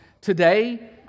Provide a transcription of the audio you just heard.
today